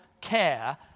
care